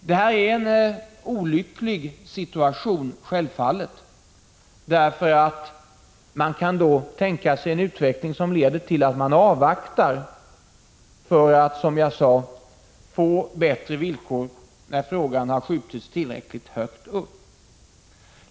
Detta är självfallet nr lycklig XX H—H-H-||. Granskning av statsrå situation. Man kan tänka sig en utveckling som leder till att parterna avvaktar jä LE för att, som jag sade, få bättre villkor när frågan har skjutits tillräckligt högt dens tjänsteutövning m.m. upp.